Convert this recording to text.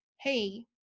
hey